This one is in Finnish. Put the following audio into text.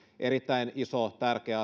erittäin iso tärkeä